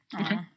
okay